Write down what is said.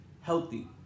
healthy